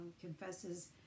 confesses